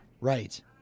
Right